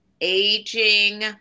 aging